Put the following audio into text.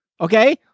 Okay